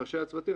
את ראשי הצוותים,